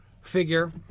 figure